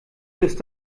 ist